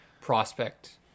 prospect